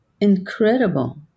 incredible